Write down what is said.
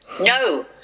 no